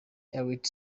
elite